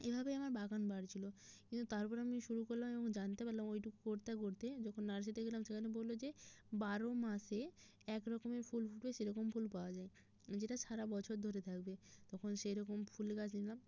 এভাবেই আমার বাগান বাড়ছিল কিন্তু তার পরে আমি শুরু করলাম এবং জানতে পারলাম ওইটুকু করতে করতে যখন নার্সারিতে গেলাম সেখানে বলল যে বারো মাসে এক রকমের ফুল ফুটবে সেরকম ফুল পাওয়া যায় যেটা সারা বছর ধরে থাকবে তখন সেই রকম ফুল গাছ নিলাম